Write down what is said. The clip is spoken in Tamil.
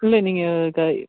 இல்லை நீங்கள் க